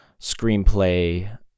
screenplay